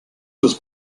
was